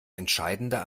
entscheidende